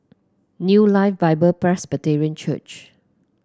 New Life Bible Presbyterian Church